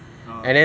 ah